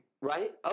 Right